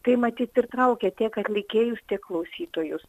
tai matyt ir traukia tiek atlikėjus tiek klausytojus